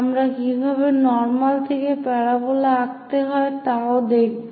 আমরা কীভাবে নর্মাল থেকে প্যারাবোলা আঁকতে হয় তাও দেখব